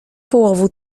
połowu